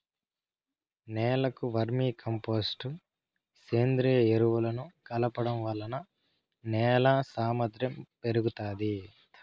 నేలకు vermicompost, సేంద్రీయ ఎరువులను కలపడం వలన నేల సామర్ధ్యం పెరుగుతాది